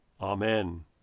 Amen